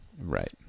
Right